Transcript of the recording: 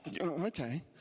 Okay